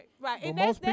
right